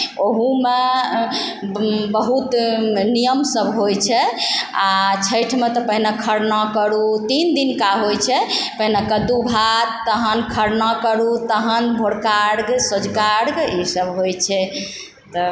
ओहुमे बहुत नियम सब होइ छै आओर छैठमे तऽ पहिने खरना करू तीन दिनका होइ छै पहिने कद्दू भात तहन खरना करू तहन भोरका अर्घ सोँझका अर्घ इसब होइ छै तऽ